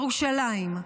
ירושלים,